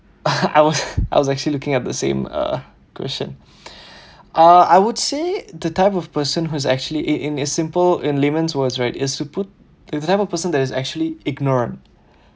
I was I was actually looking at the same uh question uh I would say the type of person who's actually in in simple in layman words right is to put the type of person who is actually ignorant